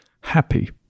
happy